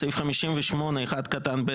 בסעיף 58(1)(ב),